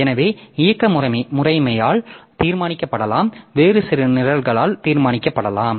எனவே இயக்க முறைமையால் தீர்மானிக்கப்படலாம் வேறு சில நிரல்களால் தீர்மானிக்கப்படலாம்